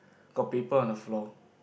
got paper on the floor